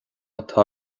atá